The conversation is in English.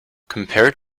compared